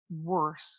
worse